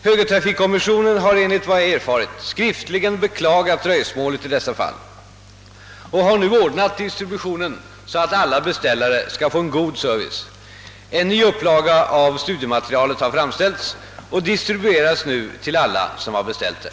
Högertrafikkommissionen har, enligt vad jag erfarit, skriftligen beklagat dröjsmålet i dessa fall och nu ordnat distributionen så, att alla beställare skall få en god service. En ny upplaga av studiematerialet har framställts och distribueras nu till alla som har beställt det.